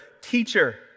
teacher